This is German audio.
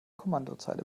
kommandozeile